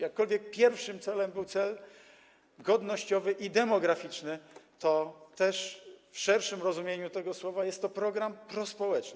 Jakkolwiek pierwszym celem był cel godnościowy i demograficzny, to w szerszym rozumieniu tego słowa jest to program prospołeczny.